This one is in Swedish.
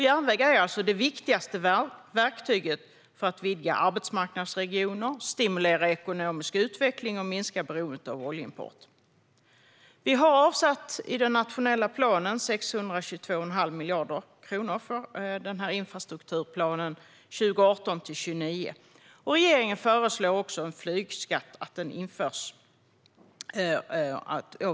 Järnväg är det viktigaste verktyget för att vidga arbetsmarknadsregioner, stimulera ekonomisk utveckling och minska beroendet av oljeimport. Vi har avsatt 622,5 miljarder kronor för en nationell infrastrukturplan 2018-2029. Regeringen föreslår också att en flygskatt införs.